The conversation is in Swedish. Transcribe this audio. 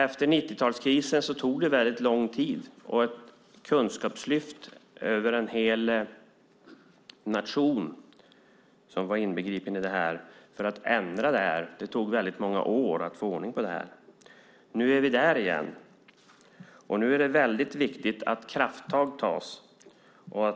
Efter 90-talskrisen tog det lång tid och ett kunskapslyft över en hel nation för att ändra detta. Det tog många år att få ordning på det. Nu är vi där igen, och det är viktigt att krafttag tas.